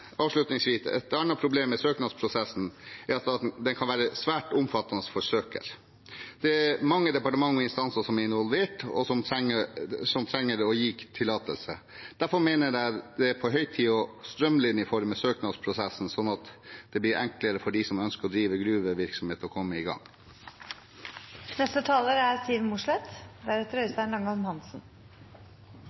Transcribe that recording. Avslutningsvis: Et annet problem med søknadsprosessen er at den kan være svært omfattende for søkeren. Det er mange departementer og instanser som er involvert, og som trenger å gi tillatelse. Derfor mener jeg det er på høy tid å strømlinjeforme søknadsprosessen, slik at det blir enklere for dem som ønsker å drive gruvevirksomhet, å komme i